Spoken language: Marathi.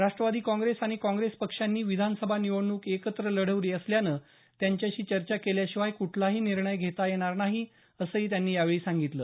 राष्ट्रवादी काँग्रेस आणि काँग्रेस पक्षांनी विधानसभा निवडणूक एकत्र लढवली असल्यानं त्यांच्याशी चर्चा केल्याशिवाय कुठलाही निर्णय घेता येणार नाही असंही त्यांनी यावेळी सांगितलं